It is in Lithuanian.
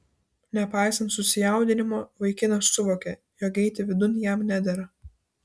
nepaisant susijaudinimo vaikinas suvokė jog eiti vidun jam nedera